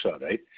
right